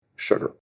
sugar